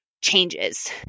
changes